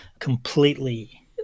completely